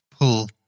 pull